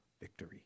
victory